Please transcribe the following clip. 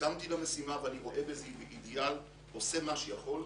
נרתמתי למשימה ואני רואה בזה אידיאל ועושה מה שיכול,